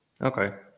Okay